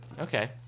Okay